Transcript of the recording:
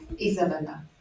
Isabella